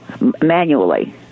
manually